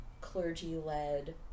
clergy-led